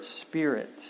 Spirit